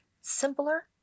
simpler